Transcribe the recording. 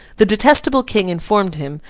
the detestable king informed him,